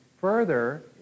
Further